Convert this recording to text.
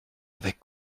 avec